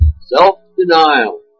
Self-denial